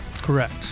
Correct